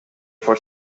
for